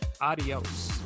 Adios